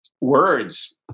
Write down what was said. words